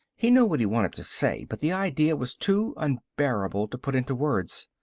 he knew what he wanted to say, but the idea was too unbearable to put into words.